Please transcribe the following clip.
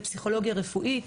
לפסיכולוגיה רפואית,